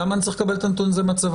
למה אני צריך לקבל את הנתון הזה מהצבא,